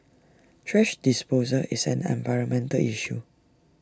thrash disposal is an environmental issue